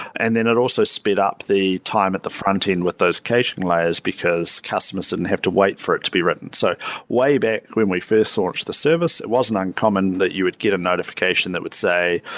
and then it also spit up the time at the frontend with those caching layers, because customers didn't have to wait for it to be written. so way back when we first sourced the service, it wasn't uncommon that you would get a notification that would say,